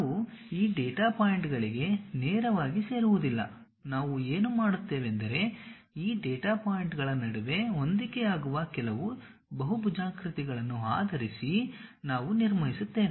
ನಾವು ಈ ಡೇಟಾ ಪಾಯಿಂಟ್ಗಳಿಗೆ ನೇರವಾಗಿ ಸೇರುವುದಿಲ್ಲ ನಾವು ಏನು ಮಾಡುತ್ತೇವೆಂದರೆ ಈ ಡೇಟಾ ಪಾಯಿಂಟ್ಗಳ ನಡುವೆ ಹೊಂದಿಕೆಯಾಗುವ ಕೆಲವು ಬಹುಭುಜಾಕೃತಿಗಳನ್ನು ಆಧರಿಸಿ ನಾವು ನಿರ್ಮಿಸುತ್ತೇವೆ